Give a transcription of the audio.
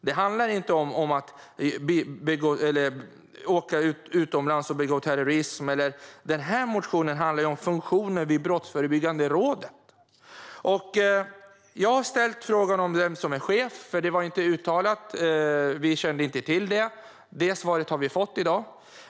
Det handlar inte om att åka utomlands och begå terrorism, utan interpellationen handlar om funktionen vid Brottsförebyggande rådet. Jag har ställt frågan vem som är chef, för det var inte uttalat. Vi kände inte till det. Det svaret har vi fått i dag.